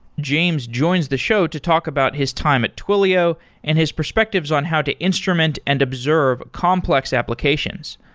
james joins the show to talk about his time at twilio and his perspectives on how to instrument and observe complex applications.